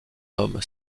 homme